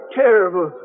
terrible